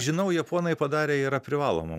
žinau japonai padarė yra privaloma